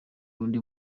undi